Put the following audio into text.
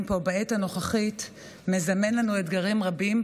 בו בעת הנוכחית מזמן לנו אתגרים רבים,